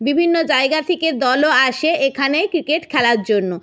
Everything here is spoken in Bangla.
বিভিন্ন জায়গা থেকে দলও আসে এখানে ক্রিকেট খেলার জন্য